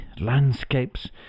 landscapes